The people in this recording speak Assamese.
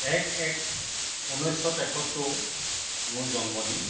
এক এক ঊনৈছশ তেসত্তৰ মোৰ জন্মদিন